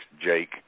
Jake